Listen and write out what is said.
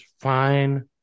fine